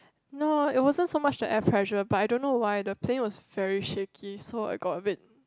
no it wasn't so much the air pressure but I don't know why the plane was very shaky so I got a bit